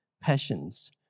passions